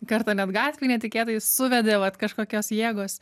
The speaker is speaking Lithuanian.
kartą net gatvėj netikėtai suvedė vat kažkokios jėgos